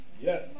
Yes